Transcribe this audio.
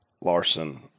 Larson